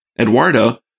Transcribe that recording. Eduardo